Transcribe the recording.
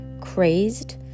crazed